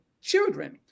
children